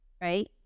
right